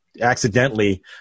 accidentally